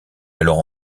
alors